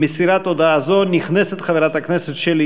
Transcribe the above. עם מסירת הודעה זו מתחילה חברת הכנסת שלי